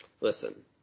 Listen